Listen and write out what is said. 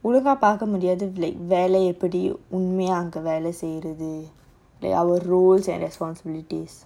ஒழுங்காபார்க்கமுடியாதுவேலஎப்படிஉண்மையாஅங்கவேலசெய்றது:olunga parka mudiathu vela eppadi unmaya anga vela seirathu that our roles and responsibilities